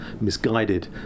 misguided